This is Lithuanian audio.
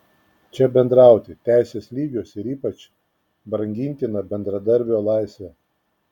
čia bendrauti teisės lygios ir ypač brangintina bendradarbio laisvė